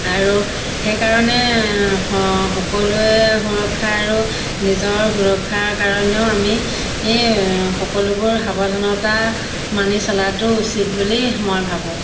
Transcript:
আৰু সেইকাৰণে সকলোৱে সুৰক্ষা আৰু নিজৰ সুৰক্ষাৰ কাৰণেও আমি সকলোবোৰ সাৱধানতা মানি চলাতো উচিত বুলি মই ভাবোঁ